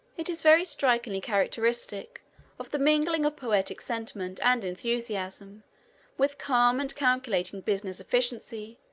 it is very strikingly characteristic of the mingling of poetic sentiment and enthusiasm with calm and calculating business efficiency,